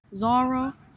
Zara